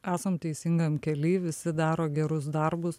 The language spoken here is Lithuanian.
esam teisingam kely visi daro gerus darbus